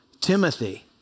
Timothy